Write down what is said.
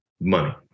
money